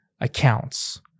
Accounts